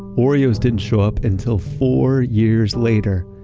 oreos didn't show up until four years later,